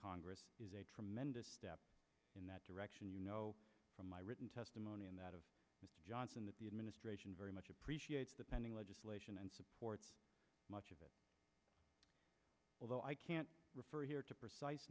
this is a tremendous step in that direction you know from my written testimony and that of johnson that the administration very much appreciates the pending legislation and supports much of it although i can't refer here to precise